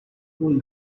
pull